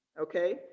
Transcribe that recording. okay